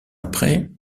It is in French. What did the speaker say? après